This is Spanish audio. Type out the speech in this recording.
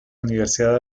universidad